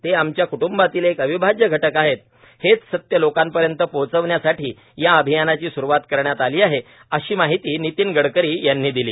ते आमच्या कूटुंबातील एक अविभाज्या घटक आहेत हेच सत्य लोकांपर्यंत पोहोचवण्यासाठी या अभियानाची स्रुवात करण्यात आली आहे अशी माहिती नितीन गडकरी यांनी दिली